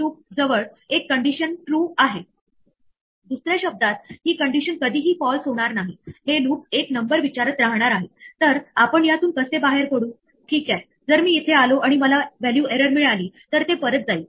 म्हणून जेव्हा पायथोन चा इंटरप्रीटर एखादी एरर शोधून काढतो तेव्हा आपल्याला त्या एरर विषयी माहिती देतो आणि आपण जसे पाहिले की एरर दोन भागात आढळते एरर चा प्रकार हा ती एरर कशा प्रकारची आहे ते सांगते